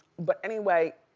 but anyway.